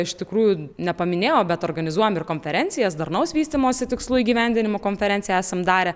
iš tikrųjų nepaminėjau bet organizuojam ir konferencijas darnaus vystymosi tikslų įgyvendinimo konferenciją esam darę